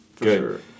Good